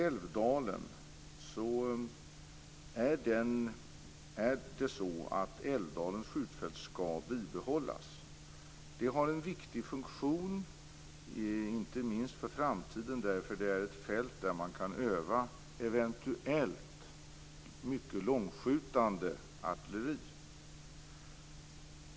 Älvdalens skjutfält skall behållas. Det har en viktig funktion, inte minst i framtiden, eftersom det är ett fält där man eventuellt kan öva mycket långtskjutande artilleri.